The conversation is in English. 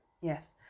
Yes